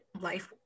life